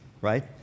right